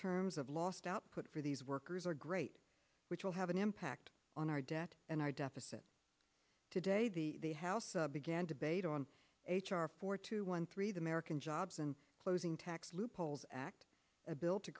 terms of lost output for these workers are great which will have an impact on our debt and our deficit today the house began debate on h r four two one three the american jobs and closing tax loopholes act a bill to